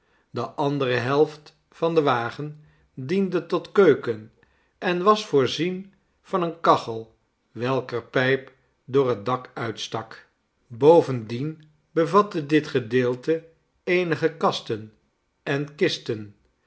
de andere helft van den wagen diende tot keuken en was voorzien van eene kachel welker pijp door het dak uitstak bovendien bevatte dit gedeelte eenige kasten en kisten